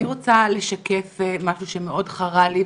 אני רוצה לשקף משהו שמאוד הפריע לי,